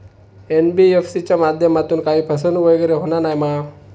NBFC च्या माध्यमातून काही फसवणूक वगैरे होना नाय मा?